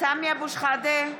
סמי אבו שחאדה,